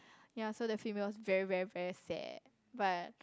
yea so the females very very very sad but